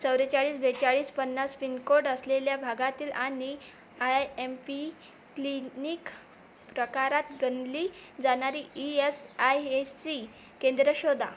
चव्वेचाळीस बेचाळीस पन्नास पिनकोड असलेल्या भागातील आणि आय एम पी क्लिनिक प्रकारात गणली जाणारी E S I A C केंद्रे शोधा